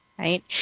Right